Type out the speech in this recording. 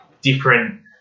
different